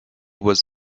was